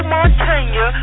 Montana